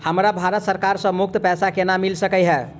हमरा भारत सरकार सँ मुफ्त पैसा केना मिल सकै है?